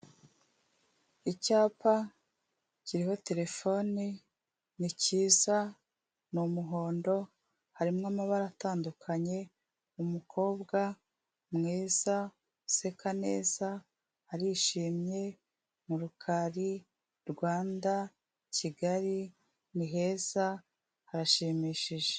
Icyapa kiriho terefone ni cyiza, ni umuhondo harimo amabara atandukanye umukobwa mwiza useka neza arishimye mu rukari Rwanda Kigali ni heza harashimishije.